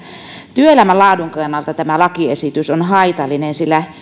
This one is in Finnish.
työelämän laadun kannalta tämä lakiesitys on haitallinen sillä